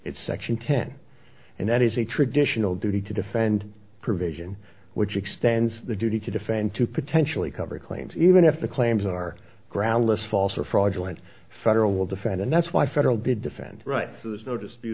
it's section ten and that is a traditional duty to defend provision which extends the duty to defend to potentially cover claims even if the claims are groundless false or fraudulent federal will defend and that's why federal did defend right